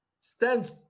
stands